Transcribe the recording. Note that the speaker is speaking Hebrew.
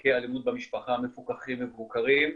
תיקי האלימות במשפחה מפוקחים ומבוקרים,